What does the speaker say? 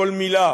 כל מילה